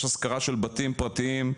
יש השכרה של בתים פרטיים.